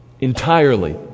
Entirely